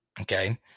Okay